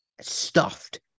stuffed